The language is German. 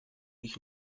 ich